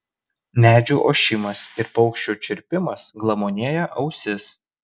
medžių ošimas ir paukščių čirpimas glamonėja ausis